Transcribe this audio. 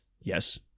yes